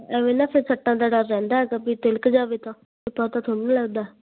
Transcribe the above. ਐਵੇਂ ਨਾ ਫਿਰ ਸੱਟਾਂ ਦਾ ਡਰ ਰਹਿੰਦਾ ਹੈਗਾ ਵੀ ਤਿਲਕ ਜਾਵੇ ਤਾਂ ਪਤਾ ਥੋੜ੍ਹੀ ਨਾ ਲੱਗਦਾ